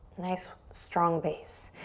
nice, strong base.